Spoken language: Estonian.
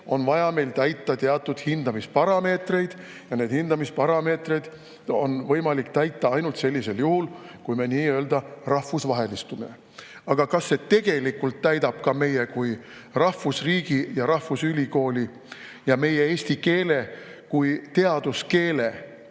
vaja [arvestada] teatud hindamisparameetreid, mida on võimalik täita ainult sellisel juhul, kui me nii-öelda rahvusvahelistumine. Aga kas see tegelikult täidab ka meie kui rahvusriigi ja meie rahvusülikooli ja meie eesti keele kui teaduskeele